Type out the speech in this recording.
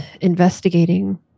investigating